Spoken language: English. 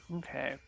okay